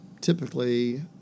typically